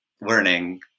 learning